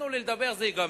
תנו לי לדבר, זה ייגמר.